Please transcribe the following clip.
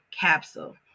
capsule